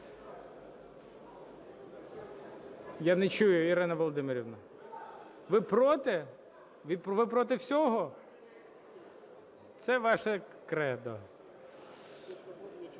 Я не чую, Ірина Володимирівна. Ви проти? Ви проти всього? Це ваше кредо.